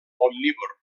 omnívor